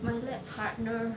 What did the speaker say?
my lab partner